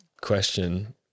question